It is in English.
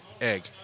egg